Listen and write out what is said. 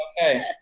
Okay